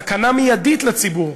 סכנה מיידית לציבור.